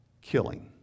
killing